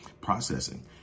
processing